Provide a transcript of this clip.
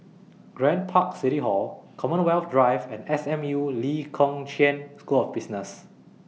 Grand Park City Hall Commonwealth Drive and S M U Lee Kong Chian School of Business